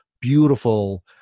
beautiful